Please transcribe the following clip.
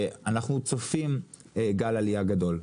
אנחנו צופים גל עלייה גדול,